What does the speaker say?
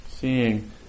seeing